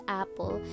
Apple